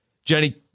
Jenny